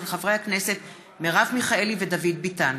של חברי הכנסת מרב מיכאלי ודוד ביטן.